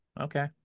Okay